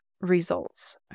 results